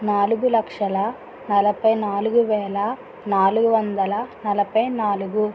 నాలుగు లక్షల నలభై నాలుగు వేల నాలుగు వందల నలభై నాలుగు